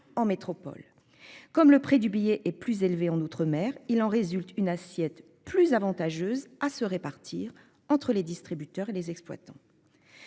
en métropole comme le prix du billet est plus élevé en outre-mer il en résulte une assiette plus avantageuses à se répartir entre les distributeurs et les exploitants.